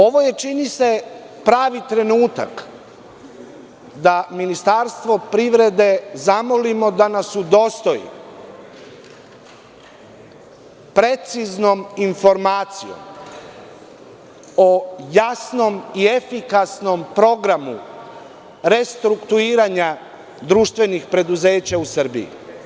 Ovo je čini se pravi trenutak da Ministarstvo privrede zamolimo da nas udostoji preciznom informacijom o jasnom i efikasnom programu restrukturiranja društvenih preduzeća u Srbiji.